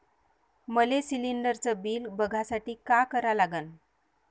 मले शिलिंडरचं बिल बघसाठी का करा लागन?